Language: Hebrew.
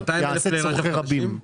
יעשה צרכי רבים,